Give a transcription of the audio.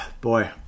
Boy